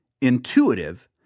intuitive